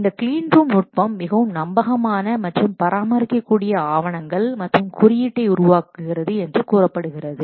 இந்த கிளீன்ரூம் நுட்பம் மிகவும் நம்பகமான மற்றும் பராமரிக்கக்கூடிய ஆவணங்கள் மற்றும் குறியீட்டை உருவாக்குகிறது என்று கூறப்படுகிறது